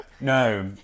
No